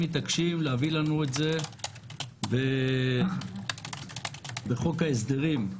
מתעקשים להביא לנו את זה בחוק ההסדרים.